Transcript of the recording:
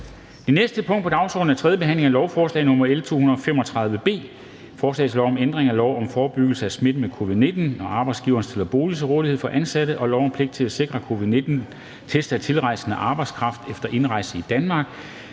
Det næste punkt på dagsordenen er: 5) 3. behandling af lovforslag nr. L 235 B: Forslag til lov om ændring af lov om forebyggelse af smitte med covid-19, når arbejdsgivere stiller bolig til rådighed for ansatte, og lov om pligt til at sikre covid-19-test af tilrejsende arbejdskraft efter indrejse i Danmark.